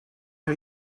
are